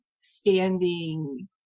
standing